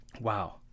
Wow